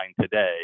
today